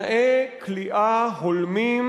תנאי כליאה הולמים,